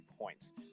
points